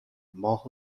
ماه